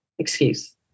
Excuse